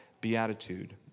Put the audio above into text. Beatitude